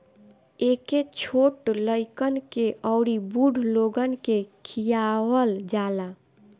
एके छोट लइकन के अउरी बूढ़ लोगन के खियावल जाला